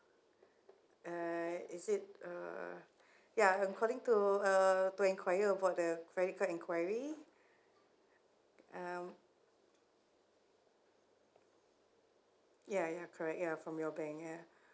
uh is it uh ya I'm calling to uh to enquire about the credit card enquiry um ya ya correct ya from your bank ya